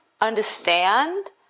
understand